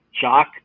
Jock